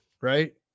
right